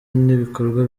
n’ibikorwa